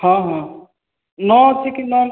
ହଁ ହଁ ନଅ ଅଛି କି ନଅ